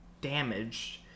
damaged